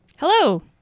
Hello